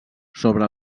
sobre